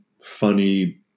funny